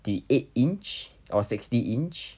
~ty eight inch or sixty inch